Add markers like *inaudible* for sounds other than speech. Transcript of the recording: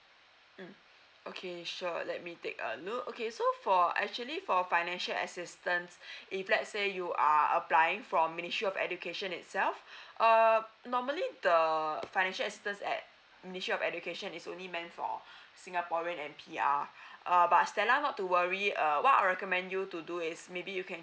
mm okay sure let me take a look okay so for actually for financial assistance *breath* if let say you are applying from ministry of education itself uh normally the financial assistance at ministry of education is only meant for *breath* singaporean and P_R *breath* uh but stella not to worry uh what I recommend you to do is maybe you can